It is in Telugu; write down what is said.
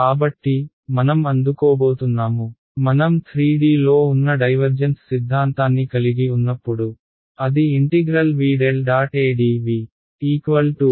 కాబట్టి మనం అందుకోబోతున్నాము మనం 3D లో ఉన్న డైవర్జెన్స్ సిద్ధాంతాన్ని కలిగి ఉన్నప్పుడు అది v∇